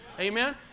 Amen